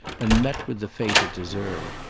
and met with the fate it deserved,